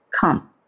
Come